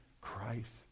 Christ